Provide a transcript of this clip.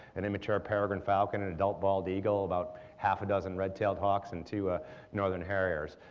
an immature peregrine falcon, an adult bald eagle, about half a dozen red-tailed hawks and two northern harriers.